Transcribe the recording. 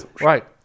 right